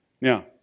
Now